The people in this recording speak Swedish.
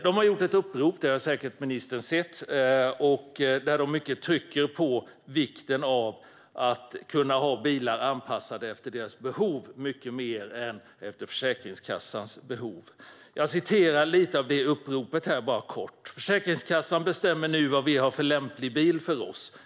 De har gjort ett upprop, som ministern säkert har sett, där de trycker på vikten av att kunna ha bilar anpassade efter sina behov mycket mer än efter Försäkringskassans behov. Jag ska återge lite av uppropet helt kort: Försäkringskassan bestämmer nu vad som är en lämplig bil för oss.